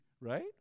right